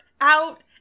Out